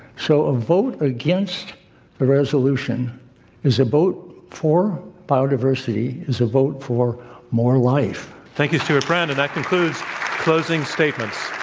so, a vote against the resolution is a vote for biodiversity, is a vote for more life. thank you, stewart brand. and that concludes closing statements.